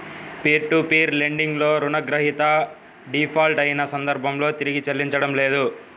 peer to peer lending లో రుణగ్రహీత default అయిన సందర్భంలో తిరిగి చెల్లించడం లేదు